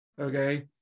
okay